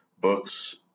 books